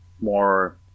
more